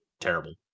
terrible